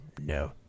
no